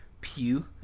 Pew